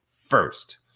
first